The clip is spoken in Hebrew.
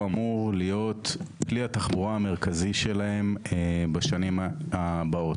אמור להיות כלי התחבורה המרכזי שלהם בשנים הבאות,